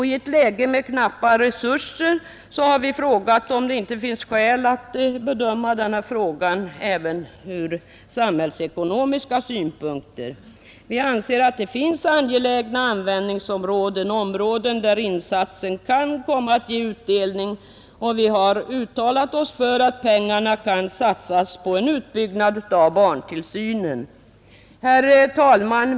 Vi har frågat oss om det inte i ett läge med ökade resurser är skäl att bedöma denna fråga även ur samhällsekonomisk synpunkt. Vi anser att det finns angelägna användningsområden, där insatsen kan komma att ge utdelning, och vi har uttalat oss för att pengarna satsas på en utbyggnad av barntillsynen. Herr talman!